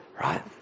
right